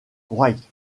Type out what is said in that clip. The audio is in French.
wright